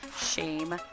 shame